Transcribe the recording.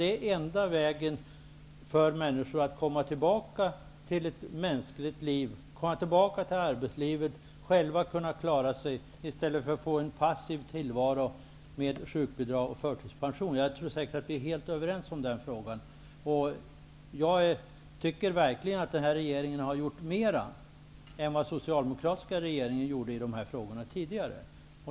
Det är enda vägen för människor att komma tillbaka till arbetslivet och att kunna klara sig själva i stället för att få en passiv tillvaro med sjukbidrag och förtidspension. Jag tror att vi är helt överens om detta. Jag tycker ändå att denna regering har gjort mera än vad den socialdemokratiska regeringen gjorde på detta område.